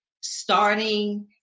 starting